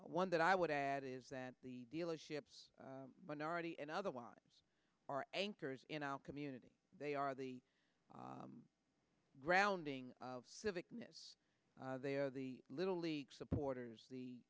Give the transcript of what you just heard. one that i would add is that the dealerships minority and otherwise are anchors in our community they are the grounding of civic miss they are the little league supporters the